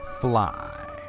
Fly